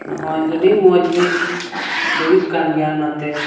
ᱱᱚᱜᱼᱚᱸᱭ ᱟᱹᱰᱤ ᱢᱚᱡᱽ ᱜᱮ ᱦᱩᱭᱩᱜ ᱠᱟᱱ ᱜᱮᱭᱟ ᱚᱱᱟᱛᱮ